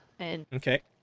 Okay